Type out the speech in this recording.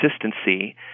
consistency